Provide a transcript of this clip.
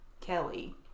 Kelly